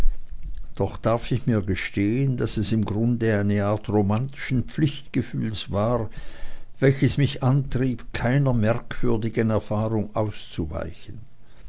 doch darf ich mir gestehen daß es im grunde eine art romantischen pflichtgefühls war welches mich antrieb keiner merkwürdigen erfahrung auszuweichen